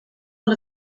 one